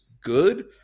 good